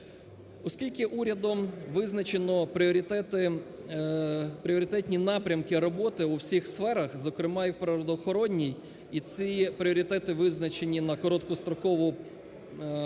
Оскільки урядом визначено пріоритетні напрямки роботи в усіх сферах, зокрема і природоохоронній, і ці пріоритети визначені на короткострокову перспективу